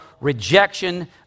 rejection